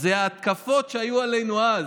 לי זה ההתקפות שהיו עלינו אז.